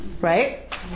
right